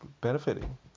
benefiting